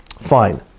fine